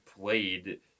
played